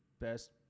best